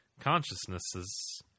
consciousnesses